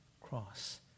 cross